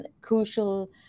crucial